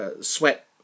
sweat